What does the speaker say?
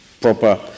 proper